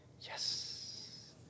Yes